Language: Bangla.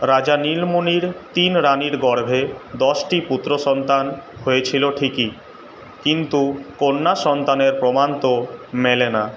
রাজা নীলমণির তিন রানির গর্ভে দশটি পুত্র সন্তান হয়েছিল ঠিকই কিন্তু কন্যা সন্তানের প্রমাণ তো মেলে না